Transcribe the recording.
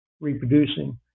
reproducing